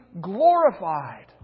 glorified